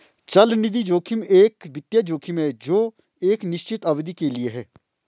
चलनिधि जोखिम एक वित्तीय जोखिम है जो एक निश्चित अवधि के लिए है